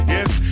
Yes